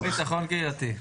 הרשות לביטחון קהילתי,